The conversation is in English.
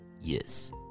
Yes